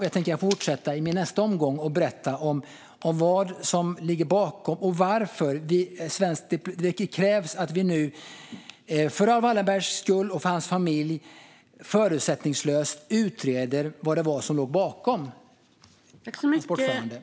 Jag fortsätter i nästa inlägg att berätta varför det krävs att vi för Raoul Wallenbergs och hans familjs skull nu förutsättningslöst utreder vad det var som låg bakom bortförandet.